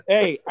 Hey